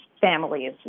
families